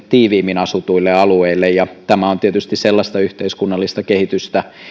tiiviimmin asutuille alueille ja tämä on tietysti sellaista yhteiskunnallista kehitystä